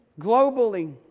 globally